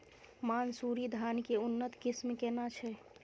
मानसुरी धान के उन्नत किस्म केना छै?